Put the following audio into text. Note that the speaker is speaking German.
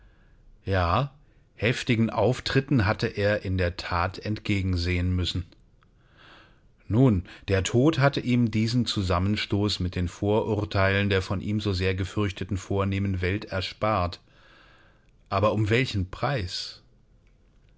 ja heftigen auftritten hatte er in der that entgegensehen müssen nun der tod hatte ihm diesen zusammenstoß mit den vorurteilen der von ihm so sehr gefürchteten vornehmen welt erspart aber um welchen preis